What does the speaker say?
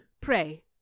pray